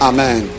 Amen